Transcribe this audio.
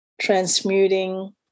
transmuting